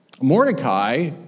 Mordecai